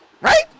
Right